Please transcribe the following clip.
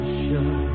show